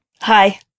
Hi